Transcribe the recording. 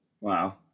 Wow